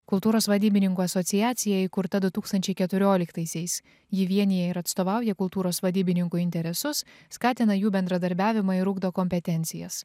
kultūros vadybininkų asociacija įkurta du tūkstančiai keturioliktaisiais ji vienija ir atstovauja kultūros vadybininkų interesus skatina jų bendradarbiavimą ir ugdo kompetencijas